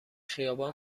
خیابان